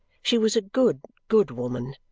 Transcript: she was a good, good woman!